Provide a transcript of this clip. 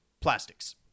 Plastics